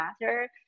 matter